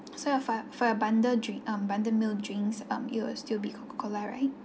so your for for your bundle dri~ um bundle meal drinks um it will still be coca cola right